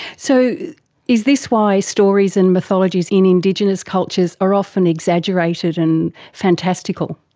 so is this why stories and mythologies in indigenous cultures are often exaggerated and fantastical?